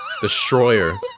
destroyer